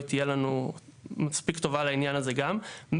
תהיה לנו מספיק טובה לעניין הזה גם.